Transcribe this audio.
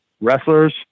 Wrestlers